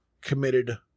committed